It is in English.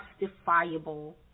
justifiable